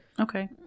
okay